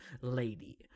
lady